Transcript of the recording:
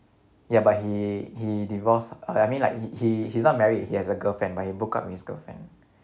ya but he he divorced I mean like he he he's not married he has a girlfriend but he broke up with his girlfriend